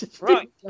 Right